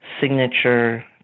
signature